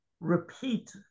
repeat